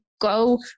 go